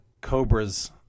cobra's